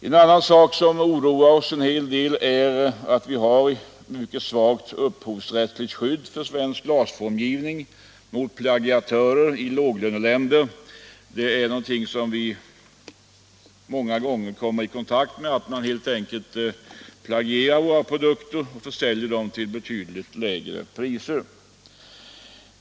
Ett annat förhållande som oroar oss en hel del är att det upphovsrättsliga skyddet för svensk glasformgivning mot plagiatörer i låglöneländer är mycket svagt. Vi möter ofta fall där man kopierar våra produkter och säljer plagiaten till betydligt lägre priser.